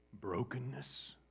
brokenness